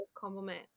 compliment